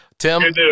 Tim